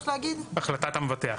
החלטת המבטח.